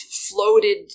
floated